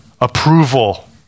approval